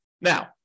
Now